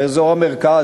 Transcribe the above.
באזור המרכז,